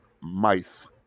mice